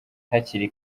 hakiri